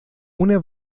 una